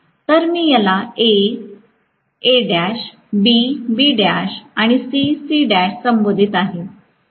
तर मी याला A Al B Bl आणि C C1 संबोधित आहे